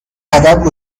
ادب